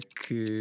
que